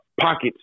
pockets